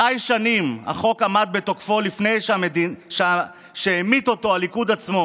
ח"י שנים החוק עמד בתוקפו לפני שהמיט אותו הליכוד עצמו.